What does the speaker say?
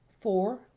Four